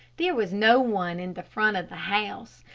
there was no one in the front of the house.